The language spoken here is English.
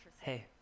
hey